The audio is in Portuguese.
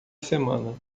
semana